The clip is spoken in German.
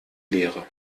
leere